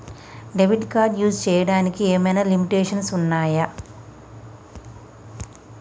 Debit card use చేయడానికి ఏమైనా limitations ఉన్నాయా?